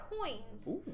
coins